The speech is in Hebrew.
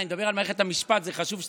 אני מדבר על מערכת המשפט, זה חשוב שתקשיב.